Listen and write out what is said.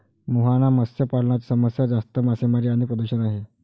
मुहाना मत्स्य पालनाची समस्या जास्त मासेमारी आणि प्रदूषण आहे